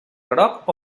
groc